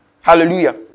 Hallelujah